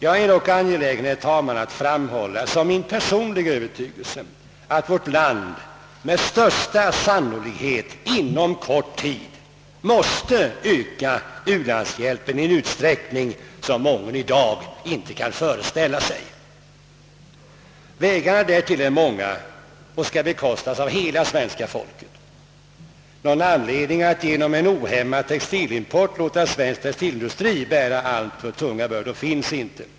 Jag är dock angelägen, herr talman, att framhålla som min personliga öÖövertygelse, att vårt land med största sannolikhet inom kort måste öka sin u-landshjälp i en utsträckning som mången i dag icke kan föreställa sig. Vägarna härvidlag är många, och denna ökning av u-hjälpen skall bekostas av hela svenska folket. Någon anledning att genom ohämmad textilimport låta svensk textilindustri bära alltför tunga bördor finns inte.